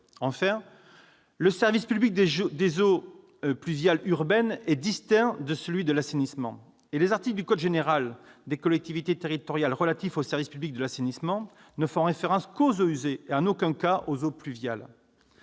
plus, le service public de gestion des eaux pluviales urbaines est distinct de celui de l'assainissement, et les articles du code précité relatifs au service public de l'assainissement ne font référence qu'aux eaux usées et en aucun cas aux eaux pluviales.